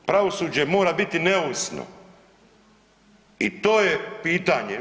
Pravosuđe mora biti neovisno i to je pitanje.